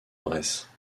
bresse